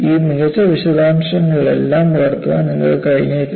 ഈ മികച്ച വിശദാംശങ്ങളെല്ലാം പകർത്താൻ നിങ്ങൾക്ക് കഴിഞ്ഞേക്കില്ല